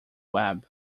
web